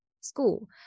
school